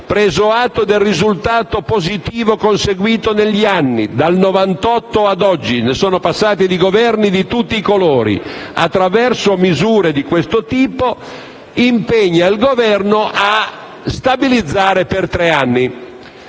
preso atto del risultato positivo conseguito negli anni, dal 1998 ad oggi - sono passati Governi di tutti i colori - attraverso misure di questo tipo, impegna il Governo a stabilizzare l'ecobonus per tre anni.